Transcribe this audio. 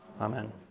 Amen